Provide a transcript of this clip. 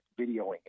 videoing